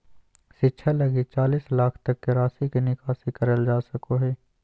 शिक्षा लगी चालीस लाख तक के राशि के निकासी करल जा सको हइ